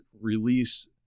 release